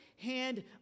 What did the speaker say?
hand